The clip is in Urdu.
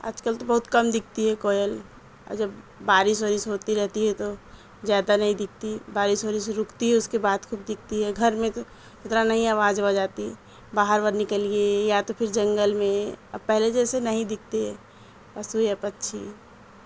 آج کل تو بہت کم دکھتی ہے کوئل اور جب بارش اورش ہوتی رہتی ہے تو زیادہ نہیں دکھتی بارش اورس رکتی ہے اس کے بعد خوب دکھتی ہے گھر میں تو اتنا نہیں آواز آتی باہر جب نکلیے یا تو پھر جنگل میں اب پہلے جیسے نہیں دکھتی ہے پشو یا پکچھی